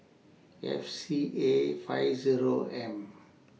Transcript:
F C A five Zero M